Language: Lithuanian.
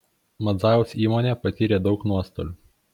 madzajaus įmonė patyrė daug nuostolių